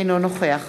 אינו נוכח